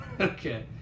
Okay